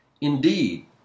Indeed